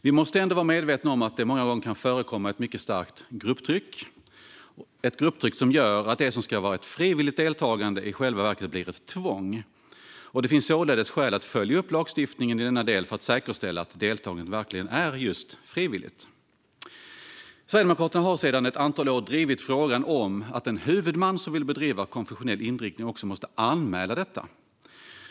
Vi måste dock vara medvetna om att det många gånger kan förekomma ett mycket starkt grupptryck som gör att det som ska vara ett frivilligt deltagande i själva verket blir ett tvång. Det finns således skäl att följa upp lagstiftningen i denna del för att säkerställa att deltagandet verkligen är frivilligt. Sverigedemokraterna har sedan ett antal år drivit frågan om att en huvudman som vill bedriva skolverksamhet med konfessionell inriktning också måste anmäla detta.